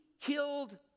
killed